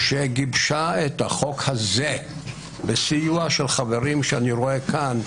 שגיבשה את החוק הזה נעשתה בסיוע של חברים שאני רואה כאן,